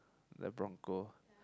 the bronco